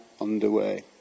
underway